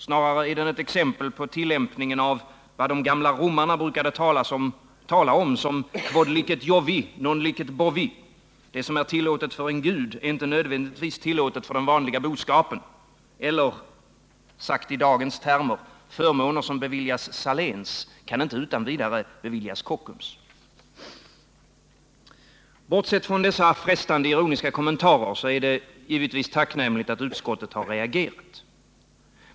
Snarare är den ett exempel på tillämpningen av vad de gamla romarna talade om som: ”Quod licet Jovi, non licet bovi” — det som är tillåtet för en gud är inte nödvändigtvis tillåtet för boskapen, eller i dagens termer: Förmåner som beviljas Saléns, kan inte utan vidare beviljas Kockums. Bortsett från denna frestande ironiska kommentar är det givetvis tacknämligt att utskottet reagerat.